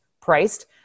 priced